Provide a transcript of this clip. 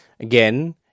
Again